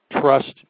trust